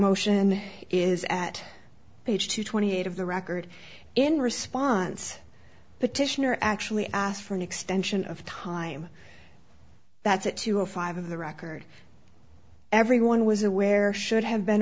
motion is at page two twenty eight of the record in response petitioner actually asked for an extension of time that's it two or five of the record everyone was aware should have been